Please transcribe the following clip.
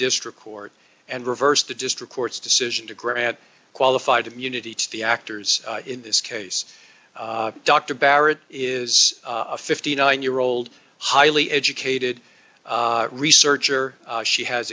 district court and reverse the district court's decision to grant qualified immunity to the actors in this case dr barrett is a fifty nine year old highly educated researcher she has